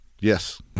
Yes